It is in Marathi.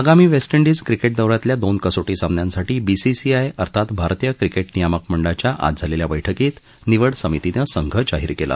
आगामी वेस्ट डिज क्रिकेट दौ यातल्या दोन कसोटी सामन्यांसाठी बीसीसीआय अर्थात भारतीय क्रिकेट नियामक मंडळाच्या आज झालेल्या बैठकीत निवड समितीनं संघ जाहीर केला